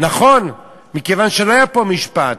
נכון, מכיוון שלא היה פה משפט.